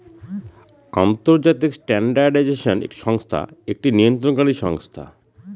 আন্তর্জাতিক স্ট্যান্ডার্ডাইজেশন সংস্থা একটি নিয়ন্ত্রণকারী সংস্থা